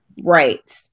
Right